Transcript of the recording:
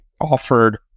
offered